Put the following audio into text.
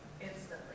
instantly